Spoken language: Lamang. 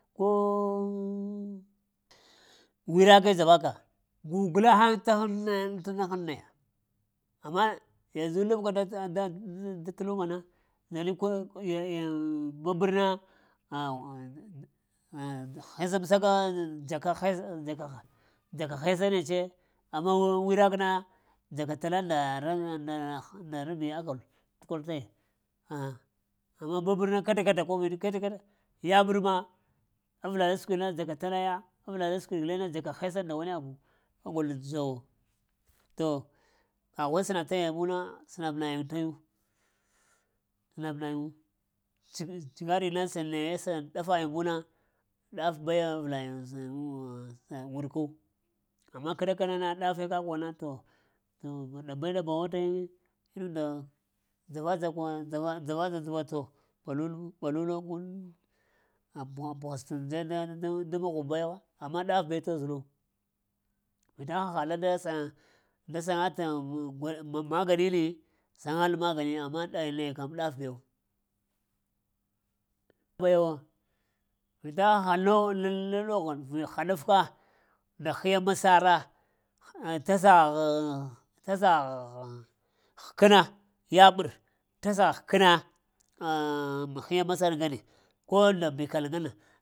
Ko wirake dzawka gugləhaŋ təghaŋ amma yanzu labka daŋ't lummana naye kol babar na, hesamsaka aŋ dzakahesa dzaka he hesa netse amma wirak na dzaka tala nda rabi agol təkor taya, amma babarna kada-kada koɓir yaɓerma avla laskwiɗma dzaka talaya avla laskwiɗ guleŋna dzaka hesa nda wani abu agol dzowo to aghuwo sənantuna sənab nayiŋ tayu sənab nayune, ts jigari na naye sənayiŋ ɗafayiŋ bewna, ɗaf baya arlayiŋ wurku amma kəɗa kana na daf kəkun na to ba ɗabe mnum nda dzava-dzakun-dzava-dza dzəvo tə bəghasta daŋ mughub baiwo, amma daf bə tozal wo vita haha la da səŋ da saŋat maŋ maganiyini saŋal magani amma ɗai kən ɗaf bew, bayawo vita haha la nogho nda hiya masara, aŋ tasa ghəŋ tasa ghŋ həkna yaɓar tasa həkna aŋ hiya masar ŋgane ko nda mbikal ŋgane.